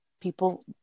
people